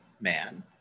man